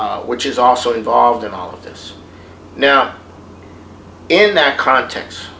which is also involved in all of this now in that context